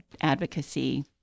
advocacy